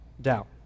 doubt